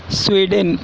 Sweden